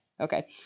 Okay